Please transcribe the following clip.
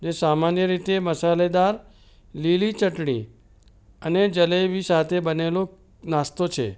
જે સામાન્ય રીતે મસાલેદાર લીલી ચટણી અને જલેબી સાથે બનેલો નાસ્તો છે